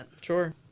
sure